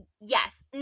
yes